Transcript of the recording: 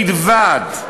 בלבד.